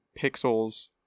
pixels